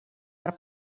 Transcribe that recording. per